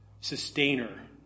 sustainer